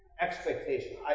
expectation